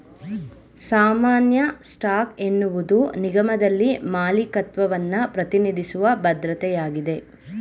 ಸಾಮಾನ್ಯ ಸ್ಟಾಕ್ ಎನ್ನುವುದು ನಿಗಮದಲ್ಲಿ ಮಾಲೀಕತ್ವವನ್ನ ಪ್ರತಿನಿಧಿಸುವ ಭದ್ರತೆಯಾಗಿದೆ